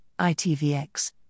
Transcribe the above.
ITVX